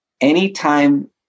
anytime